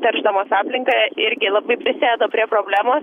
teršdamos aplinką irgi labai prisideda prie problemo